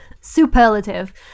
superlative